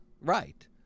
Right